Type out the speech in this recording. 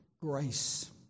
grace